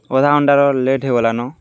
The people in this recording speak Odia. ଅଧା ଘଣ୍ଟାର ଲେଟ୍ ହେଇଗଲାନ